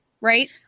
right